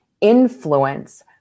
influence